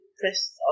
press